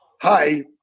Hi